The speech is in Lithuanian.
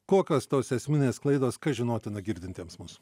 kokios tos esminės klaidos kas žinotina girdintiems mus